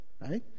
right